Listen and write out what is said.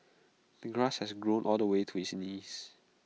the grass had grown all the way to his knees